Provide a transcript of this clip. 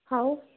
ꯍꯥꯎ